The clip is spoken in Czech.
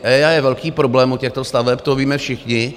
EIA je velký problém u těchto staveb, to víme všichni.